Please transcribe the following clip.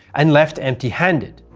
and left empty handed.